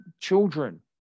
children